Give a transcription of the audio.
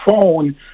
phone